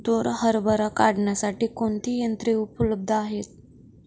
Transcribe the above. तूर हरभरा काढण्यासाठी कोणती यंत्रे उपलब्ध आहेत?